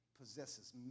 possesses